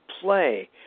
play